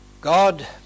God